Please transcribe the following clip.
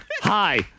Hi